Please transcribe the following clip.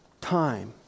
time